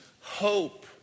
hope